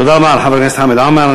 תודה רבה לחבר הכנסת חמד עמאר.